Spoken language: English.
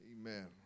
Amen